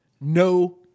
No